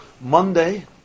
Monday